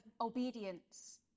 obedience